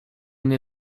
mnie